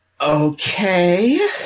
Okay